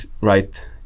right